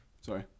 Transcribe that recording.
sorry